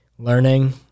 Learning